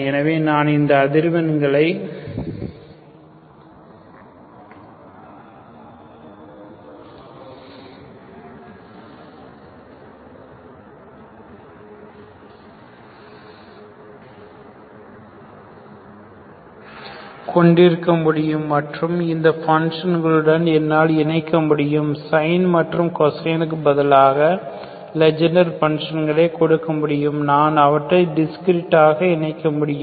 எனவே நான் இந்த அதிர்வெண்களை கொண்டிருக்க முடியும் மற்றும் இந்த ஃபங்ஷன்களுடன் என்னால் இணைக்க முடியும் sine மற்றும் cosine பதிலாக லெஜெண்டர் ஃபங்ஷன்களை கொடுக்க முடியும் அவற்றை நான் டிஸ்கிரீட்களாக இணைக்க முடியும்